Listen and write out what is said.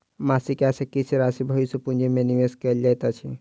मासिक आय सॅ किछ राशि भविष्य पूंजी में निवेश कयल जाइत अछि